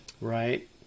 Right